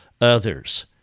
others